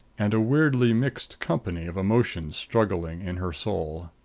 and a weirdly mixed company of emotions struggling in her soul.